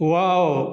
wow